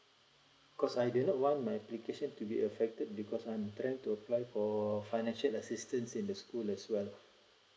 cause I didn't want my application to be affected because I am trying to apply for financial assistance in the school as well